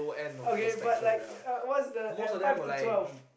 okay but like uh what's the at five to twelve